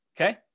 okay